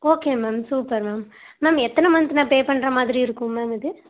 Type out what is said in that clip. okay ma'am super ma'am ma'am எத்தனை month நான் pay பண்ணுற மாதிரி இருக்கும் மேம் இது